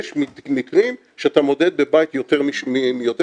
יש מקרים שאתה מודד בבית יותר מ-1,